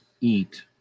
eat